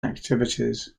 activities